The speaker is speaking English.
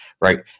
right